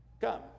Come